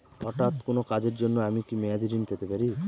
হঠাৎ কোন কাজের জন্য কি আমি মেয়াদী থেকে ঋণ নিতে পারি?